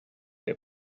der